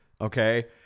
Okay